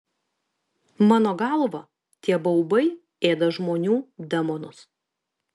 mano galva tie baubai ėda žmonių demonus